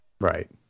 Right